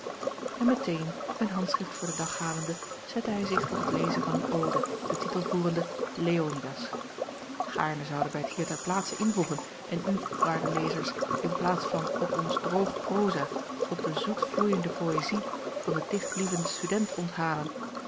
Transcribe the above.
en meteen een handschrift voor den dag halende zette hij zich tot het lezen van een ode ten titel voerende leonidas gaarne zouden wij het hier ter plaatse invoegen en u waarde lezers in plaats van op ons droog proza op de zoetvloeiende poëzie van den dichtlievenden student onthalen